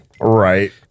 Right